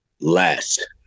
last